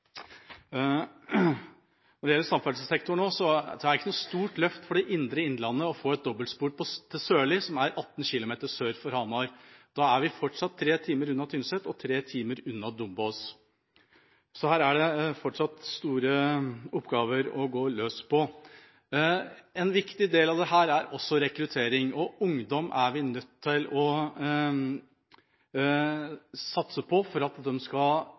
Når det gjelder samferdselssektoren, er det ikke noe stort løft for det indre innlandet å få et dobbeltspor til Sørli, som er 18 km sør for Hamar. Da er vi fortsatt tre timer unna Tynset og tre timer unna Dombås. Her er det fortsatt store oppgaver å gå løs på. En annen viktig del av dette er rekruttering, og vi er nødt til å satse på ungdom for at de skal